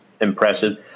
impressive